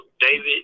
David